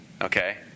okay